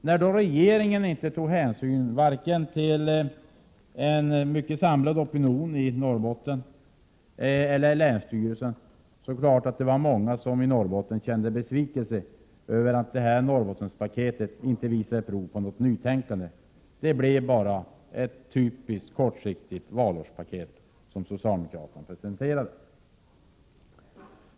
När regeringen inte tog hänsyn till vare sig en samlad opinion i Norrbotten eller länsstyrelsen, var det klart att vi i Norrbotten kände besvikelse över att Norrbottenpaketet inte gav prov på något nytänkande. Det var bara ett typiskt kortsiktigt valårspaket som socialdemokraterna presenterade.